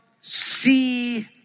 see